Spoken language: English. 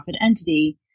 entity